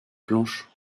planches